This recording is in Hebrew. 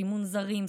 סימון זרים,